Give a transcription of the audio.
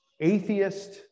Atheist